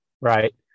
right